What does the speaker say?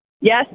Yes